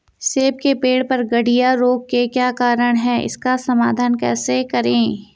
सेब के पेड़ पर गढ़िया रोग के क्या कारण हैं इसका समाधान कैसे करें?